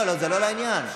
זה לא לעניין.